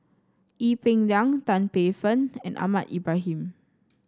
Ee Peng Liang Tan Paey Fern and Ahmad Ibrahim